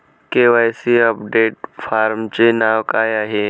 KYC update फॉर्मचे नाव काय आहे?